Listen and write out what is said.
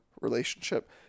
relationship